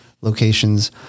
locations